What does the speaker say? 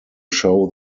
show